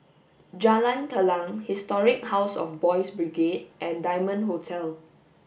Jalan Telang Historic House of Boys' Brigade and Diamond Hotel